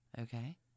Okay